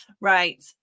Right